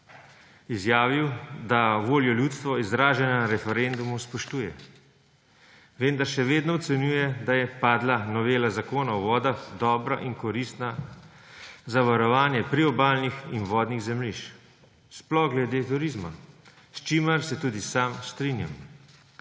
izjavil, da voljo ljudstva, izraženo na referendumu, spoštuje, vendar še vedno ocenjuje, da je padla novela Zakona o vodah dobra in koristna za varovanje priobalnih in vodnih zemljišč, sploh glede turizma, s čimer se tudi sam strinjam.